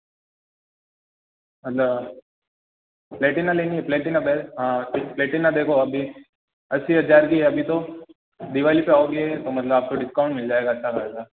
प्लैटिना लेनी है प्लैटिना हाँ प्लैटिना देखो अभी अस्सी हज़ार की है अभी तो दिवाली पे आओगे तो मतलब आपको डिस्काउंट मिल जाएगा अच्छा खासा